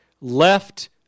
Left